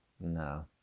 no